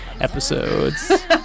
episodes